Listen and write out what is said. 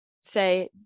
say